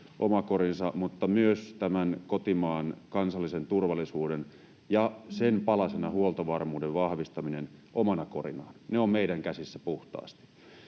mutta myös kotimaan kansallisen turvallisuuden osalta, ja sen palasena huoltovarmuuden vahvistaminen omana korinaan. Ne ovat meidän käsissä puhtaasti.